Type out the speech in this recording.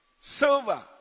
silver